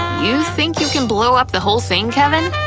you think you can blow up the whole thing, kevin?